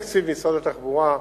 אני חייב לומר, למשל לגבי הנושא,